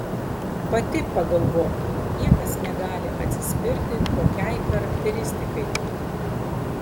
pati pagalvok niekas negali atsispirti tokiai charakteristikai